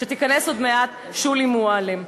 שתיכנס עוד מעט, שולי מועלם.